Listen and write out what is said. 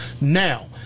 Now